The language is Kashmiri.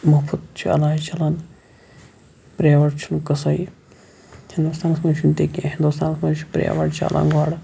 مُفت چھُ علاج چَلان پریویٹ چھُنہٕ قٕصے ہِندُستانَس مَنٛز چھُنہٕ تِہ کینٛہہ ہِندُستانَس مَنٛز چھُ پریویٹ چَلان گۄڑٕ